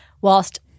whilst